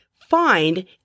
find